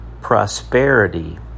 prosperity